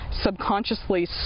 subconsciously